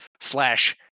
slash